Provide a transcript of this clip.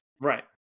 right